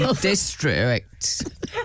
District